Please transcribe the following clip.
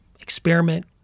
experiment